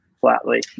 flatly